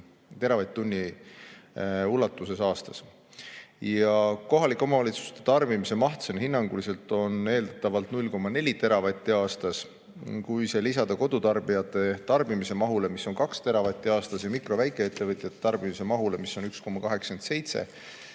teravatt-tunni ulatuses aastas. Kohalike omavalitsuste tarbimismaht on hinnanguliselt eeldatavalt 0,4 teravatti aastas. Kui see lisada kodutarbijate tarbimismahule, mis on 2 teravatti aastas, ning mikro- ja väikeettevõtjate tarbimismahule, mis on 1,87, siis